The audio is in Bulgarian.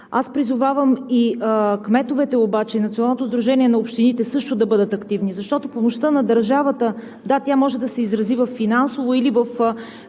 Аз призовавам и кметовете, и Националното сдружение на общините също да бъдат активни, защото помощта на държавата, да, тя може да се изрази във финансово